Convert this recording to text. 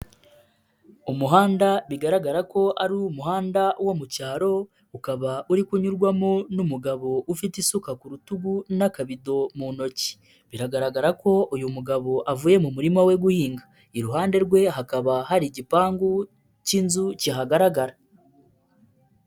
Umuhanda bigaragara ko ari umuhanda wo mu cyaro, ukaba uri kunyurwamo n'umugabo ufite isuka ku rutugu n'akabido mu ntoki. Biragaragara ko uyu mugabo avuye mu murima we guhinga. Iruhande rwe hakaba hari igipangu k'inzu kihagaragara.